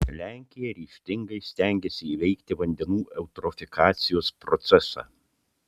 lenkija ryžtingai stengiasi įveikti vandenų eutrofikacijos procesą